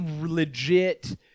legit